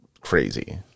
crazy